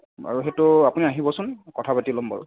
বাৰু সেইটো আপুনি আহিবচোন কথা পাতি ল'ম বাৰু